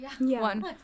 one